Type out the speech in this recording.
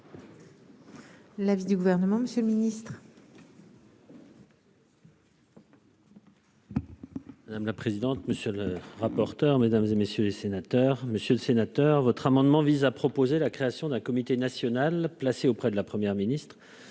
L'avis du gouvernement, Monsieur le Ministre. Madame la présidente, monsieur le rapporteur, mesdames et messieurs les sénateurs, Monsieur le Sénateur, votre amendement vise à proposer la création d'un comité national placé auprès de la Première ministre